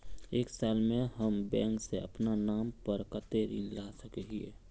एक साल में हम बैंक से अपना नाम पर कते ऋण ला सके हिय?